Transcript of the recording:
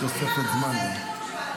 תביא לי מה שאתה רוצה, איזה כדורים שבא לך.